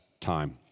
time